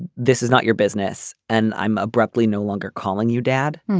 this is not your business. and i'm abruptly no longer calling you dad.